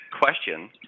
question